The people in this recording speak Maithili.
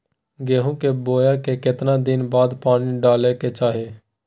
गेहूं के बोय के केतना दिन बाद पानी डालय के चाही?